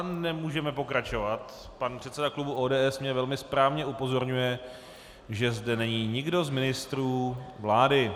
Nemůžeme pokračovat, pan předseda klubu ODS mě velmi správně upozorňuje, že zde není nikdo z ministrů vlády.